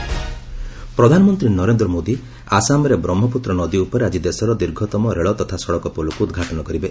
PM ବ୍ରିକ୍ ପ୍ରଧାନମନ୍ତ୍ରୀ ନରେନ୍ଦ୍ର ମୋଦି ଆସାମରେ ବ୍ରହ୍ମପୁତ୍ର ନଦୀ ଉପରେ ଆଜି ଦେଶର ଦୀର୍ଘତମ ରେଳ ତଥା ସଡ଼କ ପୋଲକୁ ଉଦ୍ଘାଟନ କରିବେ